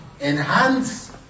enhance